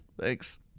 Thanks